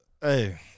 Hey